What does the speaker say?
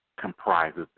comprises